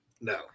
No